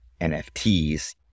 NFTs